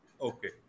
Okay